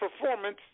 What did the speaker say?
performance